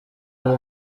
aba